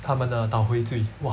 他们的 tau huay zui !wah!